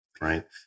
Right